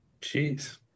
Jeez